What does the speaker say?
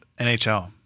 NHL